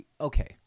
okay